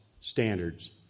standards